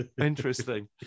Interesting